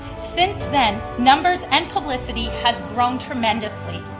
since then, numbers and publicity has grown tremendously.